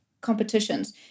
competitions